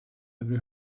every